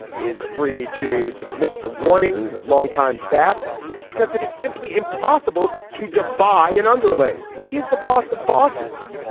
is free to dismiss the warnings of longtime staff because it is simply impossible to defy an underling. he is the boss of bosses.